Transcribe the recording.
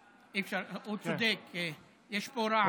אי-אפשר, הוא צודק, יש פה רעש.